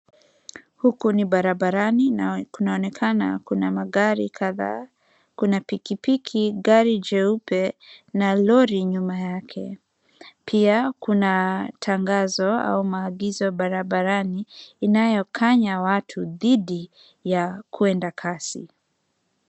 Huku ni barabarani na kunaonekana kuna magari kadhaa. Kuna pikipiki, gari jeupe na lori nyuma yake. Pia kuna tangazo au maagizo barabarani inayokanya watu dhidi ya kuenda kasi.